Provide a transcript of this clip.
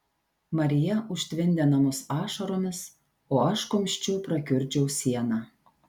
marija užtvindė namus ašaromis o aš kumščiu prakiurdžiau sieną